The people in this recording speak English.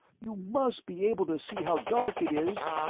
you must be able to see how dark it is.